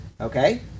okay